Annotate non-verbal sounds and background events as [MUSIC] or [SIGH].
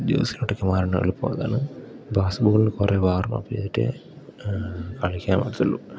ഡ്യൂസിലോട്ടിക്ക് മാറാൻ എളുപ്പം അതാണ് പാസ് ബോള് പറയുമ്പോൾ [UNINTELLIGIBLE] കളിക്കുക മാത്രമേ ഉള്ളൂ